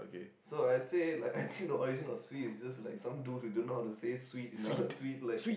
so I'd say like I think the origin of swee is just like some dude who don't know how to say sweet you know sweet like